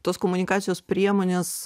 tos komunikacijos priemones